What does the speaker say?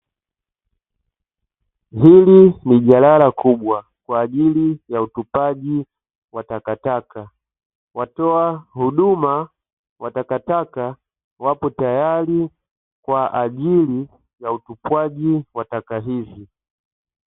Hili ni jalala kubwa kwa ajili ya utupaji wa takataka, watoa huduma wa takataka wapo tayari kwa ajili ya utupwaji wa taka hizi.